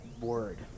word